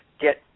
get